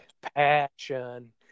Passion